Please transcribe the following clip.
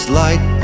light